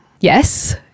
Yes